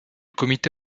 comité